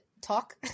talk